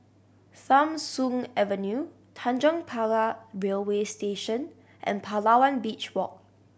Tham Soong Avenue Tanjong Pagar Railway Station and Palawan Beach Walk